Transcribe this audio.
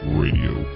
radio